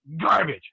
garbage